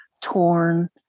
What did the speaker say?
torn